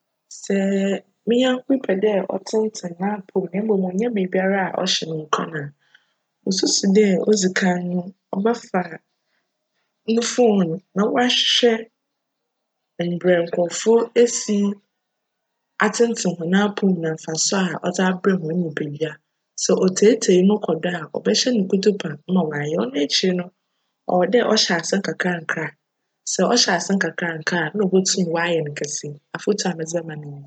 Sj me nyjnko bi pj dj ctsentsen n'apcw mu na mbom onnya biribiara chyj no nkuran a, mususu dj odzi kan no, cbjfa no "phone" na cahwehwj mbrj nkorcfo esi atsentsen hcn apcw mu nna mfaso a cdze aberj hcn nyimpadua. Sj otsietsie kc do a, cbjhyj no kutupa ma cayj. Cno ekyir no, cwc dj chyj ase nkakrankra. Sj chyj ase nkakrankra a nna obotum cayj no kjse.